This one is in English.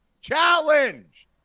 challenge